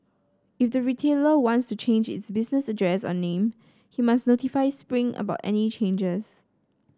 if the retailer wants to change its business address or name he must notify Spring about any changes